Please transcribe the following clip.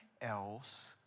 else